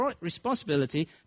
responsibility